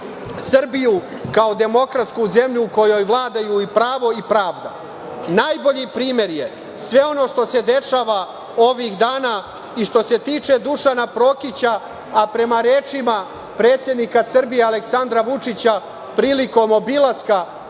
Srbiju kao demokratsku zemlju u kojoj vladaju i pravo i pravda. Najbolji primer je sve ono što se dešava ovih dana i što se tiče Dušana Prokića, a prema rečima predsednika Srbije Aleksandra Vučića, prilikom obilaska